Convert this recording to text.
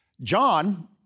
John